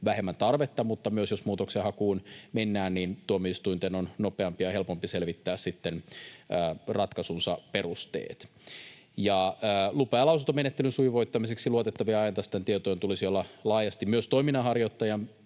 vähemmän tarvetta, mutta myös jos muutoksenhakuun mennään, niin tuomioistuinten on nopeampi ja helpompi selvittää ratkaisunsa perusteet. Lupa- ja lausuntomenettelyn sujuvoittamiseksi luotettavien ja ajantasaisten tietojen tulisi olla laajasti toiminnanharjoittajan